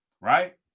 right